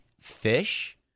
fish